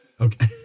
Okay